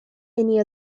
any